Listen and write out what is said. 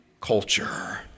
culture